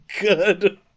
good